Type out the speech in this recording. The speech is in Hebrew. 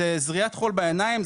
זה זריית חול בעיניים,